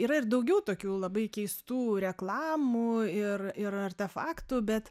yra ir daugiau tokių labai keistų reklamų ir ir artefaktų bet